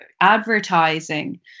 advertising